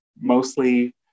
mostly